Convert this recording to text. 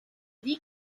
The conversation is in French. dit